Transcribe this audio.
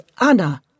Anna